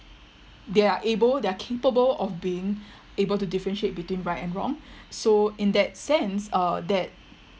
they are able they are capable of being able to differentiate between right and wrong so in that sense uh that